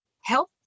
health